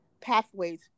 pathways